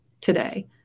today